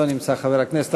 לא נמצא חבר הכנסת.